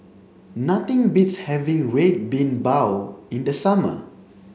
nothing beats having red bean bao in the summer